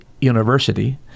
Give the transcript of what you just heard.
University